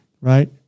Right